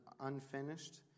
unfinished